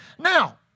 Now